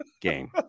game